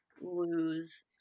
lose